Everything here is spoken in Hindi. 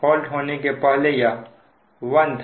फॉल्ट होने के पहले यह 1 था